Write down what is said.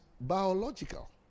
biological